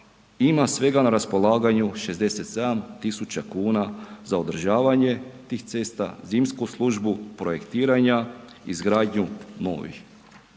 ima svega na raspolaganju 67 000 kuna za održavanje tih cesta, zimsku službu, projektiranja, izgradnju novih.